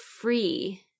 free